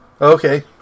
Okay